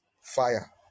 fire